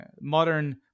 Modern